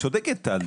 צודקת טלי.